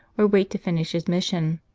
or wait to finish his mission.